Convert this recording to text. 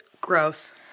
Gross